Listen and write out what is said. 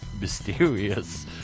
Mysterious